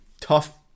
tough